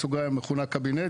המכונה "קבינט",